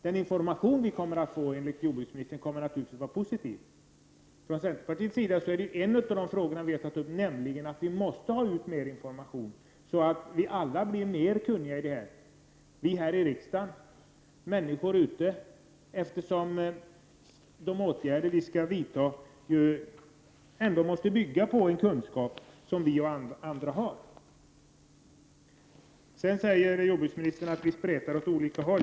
Den information som vi enligt jordbruksministern kommer att få kommer naturligtvis att vara positiv. En fråga som centern har tagit upp är att mer information måste föras ut, så att vi alla blir mer kunniga om detta, vi här i riksdagen och människor ute i landet, eftersom de åtgärder som skall vidtas måste bygga på kunskap som vi och andra har. Jordbruksministern sade att vi stretar åt olika håll.